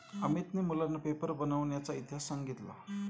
अमितने मुलांना पेपर बनविण्याचा इतिहास सांगितला